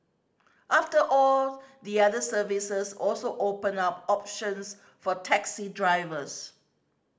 after all the other services also open up options for taxi drivers